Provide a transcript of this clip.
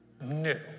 No